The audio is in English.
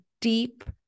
deep